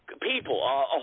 people